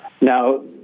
Now